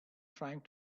trying